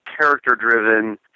character-driven